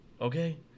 okay